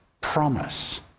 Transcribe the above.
promise